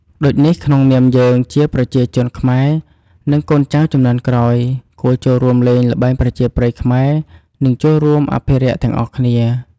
ដូចនេះក្នុងនាមយើងជាប្រជាជនខ្មែរនិងកូនចៅជំនាន់ក្រោយគួរចូលរួមលេងល្បែងប្រជាប្រិយខ្មែរនិងចូររួមអភិរក្សទាំងអស់គ្នា។